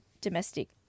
domestic